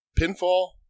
pinfall